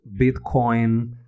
Bitcoin